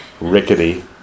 rickety